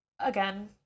again